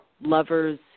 lovers